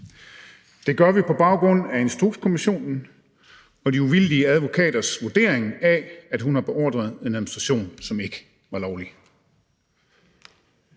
Det gør vi på baggrund af Instrukskommissionen og de uvildige advokaters vurdering af, at hun har beordret en administration, som ikke var lovlig.